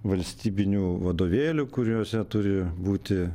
valstybinių vadovėlių kuriuose turi būti